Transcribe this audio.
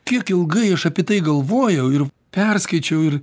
tiek ilgai aš apie tai galvojau ir perskaičiau ir